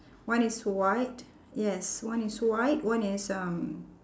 one is white yes one is white one is um